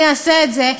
אני אעשה את זה,